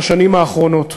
בשנים האחרונות.